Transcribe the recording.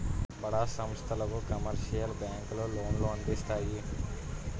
బడా సంస్థలకు కమర్షియల్ బ్యాంకులు లోన్లు అందిస్తాయి